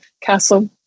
Castle